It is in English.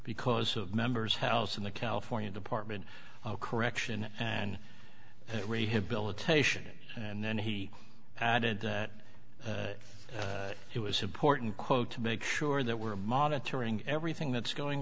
because of members house and the california department of correction and rehabilitation and then he added that it was important quote to make sure that we're monitoring everything that's going